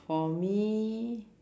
for me